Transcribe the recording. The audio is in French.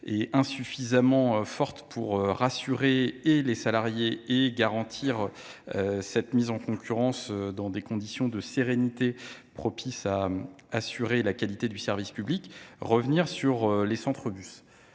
et insuffisamment fortes pour rassurer les salariés et garantir une mise en concurrence dans des conditions de sérénité propices à assurer la qualité du service public. Néanmoins, je veux